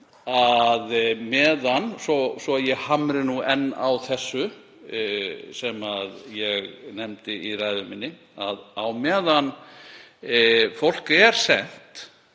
það líka, svo ég hamri enn á þessu sem ég nefndi í ræðu minni, að á meðan fólk er sent